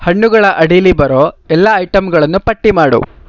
ಹಣ್ಣುಗಳ ಅಡೀಲಿ ಬರೋ ಎಲ್ಲ ಐಟಂಗಳನ್ನು ಪಟ್ಟಿ ಮಾಡು